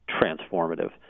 transformative